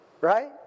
right